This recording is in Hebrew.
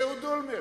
אהוד אולמרט,